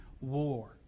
war